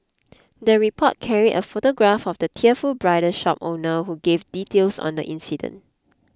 the report carried a photograph of the tearful bridal shop owner who gave details on the incident